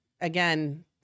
Again